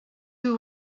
who